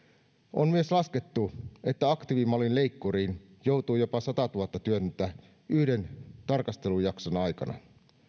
on myös laskettu että aktiivimallin leikkuriin joutui jopa satatuhatta työtöntä yhden tarkastelujakson aikana